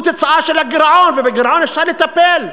הוא תוצאה של הגירעון, ובגירעון אפשר לטפל,